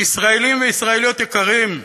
ישראלים וישראליות יקרים,